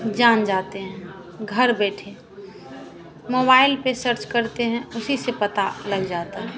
जान जाते हैं घर बैठे मोबाईल पर सर्च करते हैं उसी से पता लग जाता है